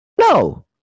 no